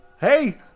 Hey